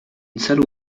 celu